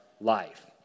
life